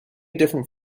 different